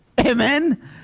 amen